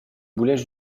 boulets